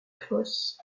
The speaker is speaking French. fosse